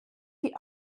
die